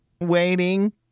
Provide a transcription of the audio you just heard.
Waiting